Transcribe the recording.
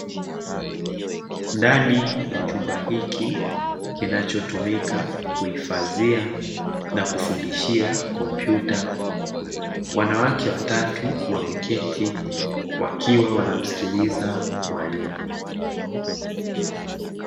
Ndani ya chumba hiki kinacho tumika kuhifadhia na kufundishia kompyuta, wanawake watatu wameketi wakiwa wanamsikiliza mwalimu.